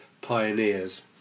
pioneers